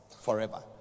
forever